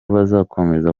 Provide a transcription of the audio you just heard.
bazakomeza